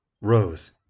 Rose